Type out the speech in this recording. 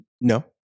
No